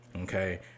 Okay